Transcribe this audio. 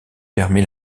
permet